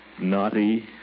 naughty